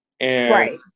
Right